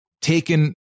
taken